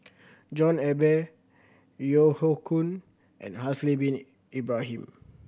John Eber Yeo Hoe Koon and Haslir Bin Ibrahim